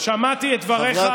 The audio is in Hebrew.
שמעתי את דבריך,